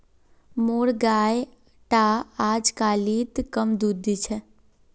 मोर गाय टा अजकालित कम दूध दी छ